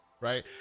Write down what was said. right